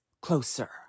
closer